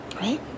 Right